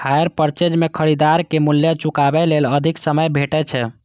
hire purchase मे खरीदार कें मूल्य चुकाबै लेल अधिक समय भेटै छै